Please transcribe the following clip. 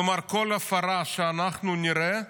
כלומר, כל הפרה שאנחנו נראה,